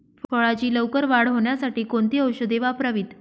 फळाची लवकर वाढ होण्यासाठी कोणती औषधे वापरावीत?